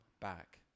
back